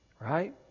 Right